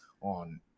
on